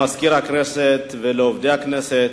למזכיר הכנסת ולעובדי הכנסת,